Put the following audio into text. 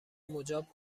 مجاب